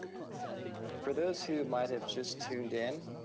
for those who might have just tuned in,